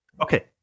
Okay